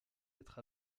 être